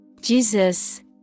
Jesus